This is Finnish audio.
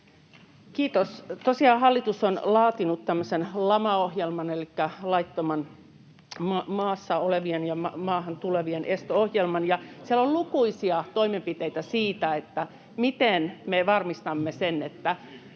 Kiitos! Tosiaan hallitus on laatinut tämmöisen LAMA-ohjelman elikkä laittomasti maassa olevien ja maahan tulevien esto-ohjelman, [Juha Mäenpää: Hyvä nimi!] ja siellä on lukuisia toimenpiteitä siitä, miten me varmistamme sen, että